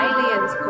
Aliens